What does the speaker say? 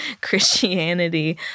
Christianity